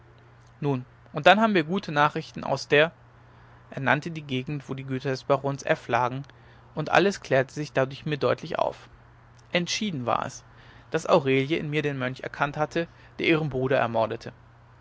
nun und dann haben wir gute nachrichten aus der er nannte die gegend wo die güter des barons f lagen und alles klärte sich dadurch mir deutlich auf entschieden war es daß aurelie in mir den mönch erkannt hatte der ihren bruder ermordete